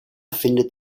findet